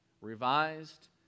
revised